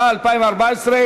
לוועדת החוקה,